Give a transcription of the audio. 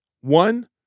one